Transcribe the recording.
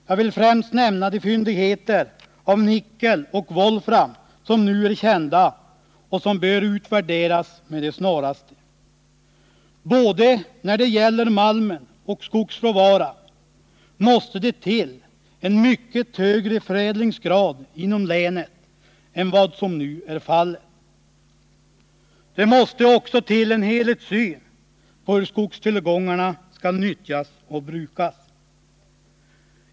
Jag vill ffrämst nämna de fyndigheter av nickel och volfram som nu är kända och som med det snaraste bör värderas. Både när det gäller malmen och när det gäller skogsråvaran måste det till en mycket högre förädlingsgrad inom länet än vad som nu är fallet. Det måste också till en helhetssyn på hur skogstillgångarna skall nyttjas och brukas.